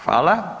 Hvala.